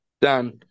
Dan